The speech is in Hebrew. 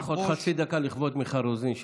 קח עוד חצי דקה לכבוד מיכל רוזין,